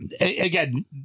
again